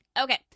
okay